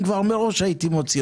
להשיב.